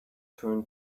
turn